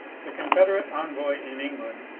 the confederate envoy in england,